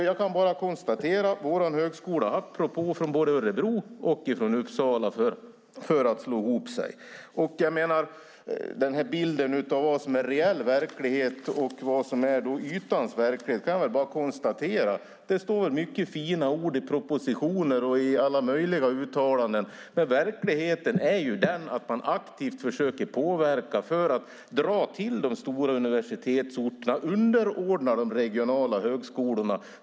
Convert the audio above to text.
Jag kan bara konstatera att vår högskola har haft propåer från både Örebro och Uppsala om att gå samman. När det gäller bilden av vad som är reell verklighet och vad som är ytans verklighet kan jag bara konstatera att det står många fina ord i propositioner och i alla möjliga uttalanden, men verkligheten är ju den att man aktivt försöker påverka för att dra utbildningar till de stora universitetsorterna och underordna de regionala högskolorna.